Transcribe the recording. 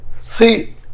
See